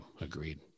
Agreed